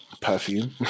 perfume